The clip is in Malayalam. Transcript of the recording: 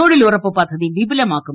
തൊഴിലുറപ്പു പദ്ധതി വിപുലമാക്കും